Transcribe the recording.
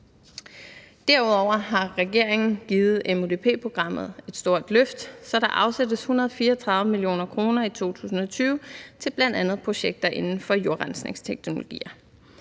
Derudover har regeringen givet MUDP-programmet et stort løft, så der afsættes 134 mio. kr. i 2020 til bl.a. projekter inden for jordrensningsteknologier.